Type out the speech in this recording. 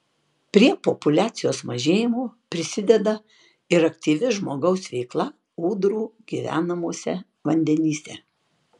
prie populiacijos mažėjimo prisideda ir aktyvi žmogaus veikla ūdrų gyvenamuose vandenyse